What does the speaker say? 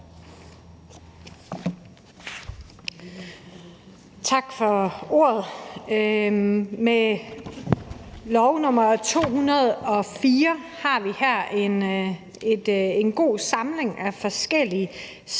Tak for ordet. Med L 204 har vi her en god samling af forskellige ændringer,